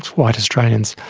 white australians,